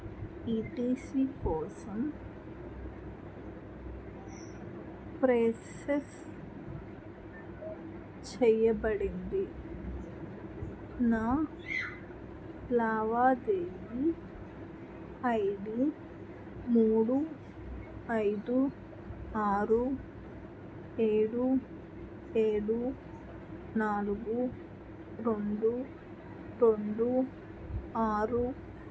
ఈ T C కోసం process చెయ్యబడింది నా లావాదేవీ ఐ డి మూడు ఐదు ఆరు ఏడు ఏడు నాలుగు రెండు రెండు ఆరు